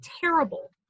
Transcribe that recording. terrible